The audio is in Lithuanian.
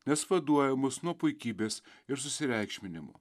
nes vaduoja mus nuo puikybės ir susireikšminimo